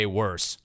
worse